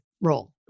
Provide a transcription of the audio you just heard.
role